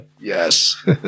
Yes